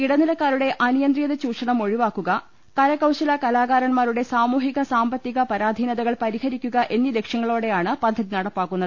ഇടനിലക്കാരുടെ അനിയന്ത്രിത ചൂഷണം ഒഴിവാക്കുക കരകൌശല കലാകാരന്മാരുടെ സാമൂഹിക സാമ്പത്തിക പരാധീനതകൾ പരിഹരിക്കുക എന്നീ ലക്ഷ്യങ്ങളോടെയാണ് പദ്ധതി നടപ്പാക്കുന്നത്